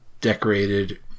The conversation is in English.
decorated